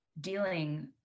dealing